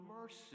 mercy